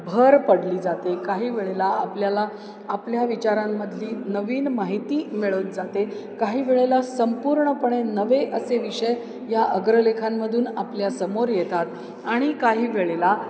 भर पडली जाते काही वेळेला आपल्याला आपल्या विचारांमधली नवीन माहिती मिळत जाते काही वेळेला संपूर्णपणे नवे असे विषय या अग्रलेखांमधून आपल्या समोर येतात आणि काही वेळेला